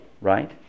right